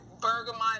bergamot